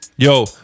Yo